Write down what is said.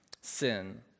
sin